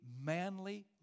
manly